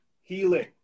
healing